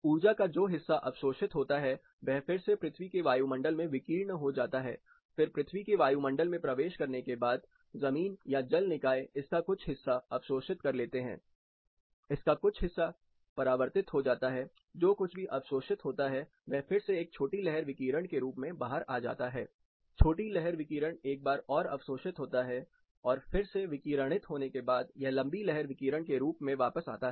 ऊर्जा का जो हिस्सा अवशोषित होता है वह फिर से पृथ्वी के वायुमंडल में विकीर्ण हो जाता है फिर पृथ्वी के वायुमंडल में प्रवेश करने के बाद जमीन या जल निकाय इसका कुछ हिस्सा अवशोषित कर लेते है इसका कुछ हिस्सा परावर्तित हो जाता है जो कुछ भी अवशोषित होता है वह फिर से एक छोटी लहर विकिरण के रूप में बाहर आ जाता है छोटी लहर विकिरण एक बार और अवशोषित होता हैऔर फिर से विकिरणित होने के बाद यह लंबी लहर विकिरण के रूप में वापस आता है